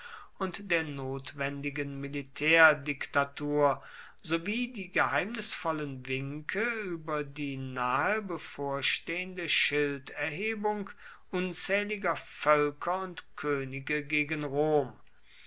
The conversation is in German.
und der notwendigen militärdiktatur sowie die geheimnisvollen winke über die nahe bevorstehende schilderhebung unzähliger völker und könige gegen rom